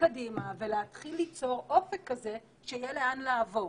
קדימה ולהתחיל ליצור אופק כזה שיהיה לאן לעבור.